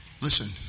Listen